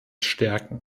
stärken